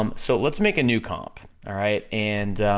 um so, let's make a new comp, alright, and,